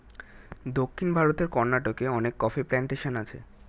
দক্ষিণ ভারতের কর্ণাটকে অনেক কফি প্ল্যান্টেশন আছে